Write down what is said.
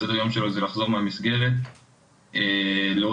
סדר היום שלו זה לחזור מהמסגרת הלימודית שלו,